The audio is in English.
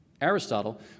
Aristotle